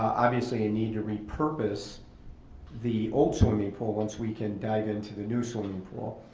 obviously a need to repurpose the old swimming pool once we can dive into the new swimming pool.